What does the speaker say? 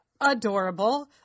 adorable